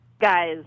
guys